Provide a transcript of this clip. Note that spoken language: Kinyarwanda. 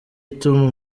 ituma